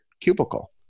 cubicle